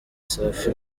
safi